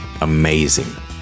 amazing